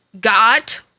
got